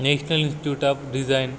national institute of design